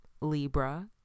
Libra